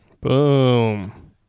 Boom